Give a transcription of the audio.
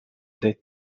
del